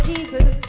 Jesus